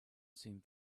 seemed